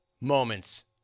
moments